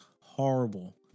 horrible